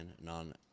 non